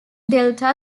delta